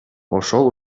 ошол